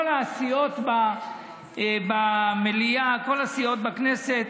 כל הסיעות במליאה, כל הסיעות בכנסת,